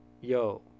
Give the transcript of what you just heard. Yo